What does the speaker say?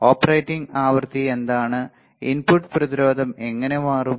operating ആവൃത്തി എന്താണ് input പ്രതിരോധം എങ്ങനെ മാറും